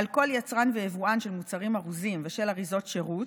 על כל יצרן ויבואן של מוצרים ארוזים ושל אריזות שירות,